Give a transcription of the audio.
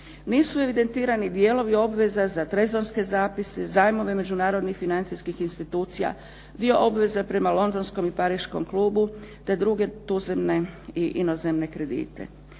Nisu evidentirani dijelovi obveza za trezonske zapise, zajmove međunarodnih financijskih institucija, dio obveza prema londonskom i pariškom klubu, te druge tuzemne i inozemne kredite.